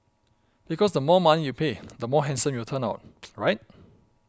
because the more money you pay the more handsome you will turn out right